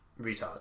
retard